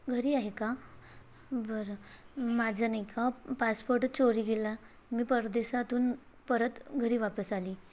घरी आहे का बरं माझं नाही का पासपोर्टच चोरी गेला मी परदेशातून परत घरी वापस आली